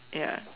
ya